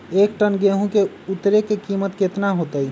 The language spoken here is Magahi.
एक टन गेंहू के उतरे के कीमत कितना होतई?